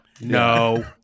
No